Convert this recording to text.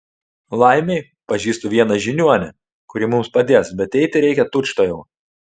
laimei pažįstu vieną žiniuonę kuri mums padės bet eiti reikia tučtuojau